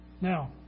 Now